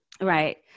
Right